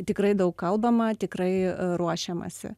tikrai daug kalbama tikrai ruošiamasi